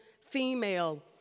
female